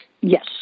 Yes